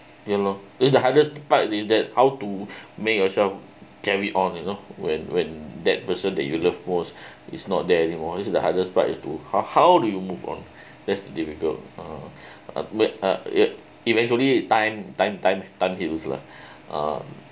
ya lor is the hardest part is that how to make yourself carry on you know when when that person that you love most is not there anymore it's the hardest part is to how how do you move on that's difficult uh uh uh eventually time time time time heals lah uh